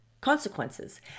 consequences